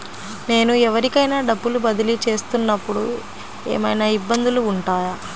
నేను ఎవరికైనా డబ్బులు బదిలీ చేస్తునపుడు ఏమయినా ఇబ్బందులు వుంటాయా?